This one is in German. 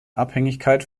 abhängigkeit